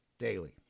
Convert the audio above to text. daily